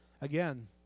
Again